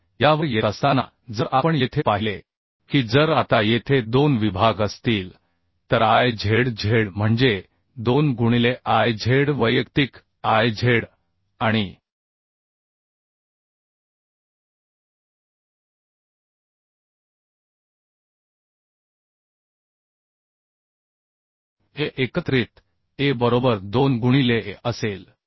तर यावर येत असताना जर आपण येथे पाहिले की जर आता येथे दोन विभाग असतील तर I z z म्हणजे 2 गुणिले I z वैयक्तिक I z आणि A एकत्रित A बरोबर 2 गुणिले A असेल